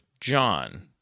John